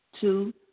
Two